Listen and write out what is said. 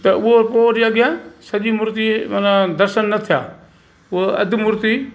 त हूअ पोइ वरी अॻियां सॼी मुर्ती माना दर्शन न थिया हूअ अधि मुर्ती